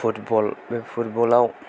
football बे फुटबलाव